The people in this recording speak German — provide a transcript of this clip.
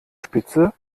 spitze